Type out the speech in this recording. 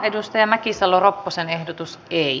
merja mäkisalo ropposen ehdotus ei